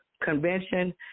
Convention